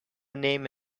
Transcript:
name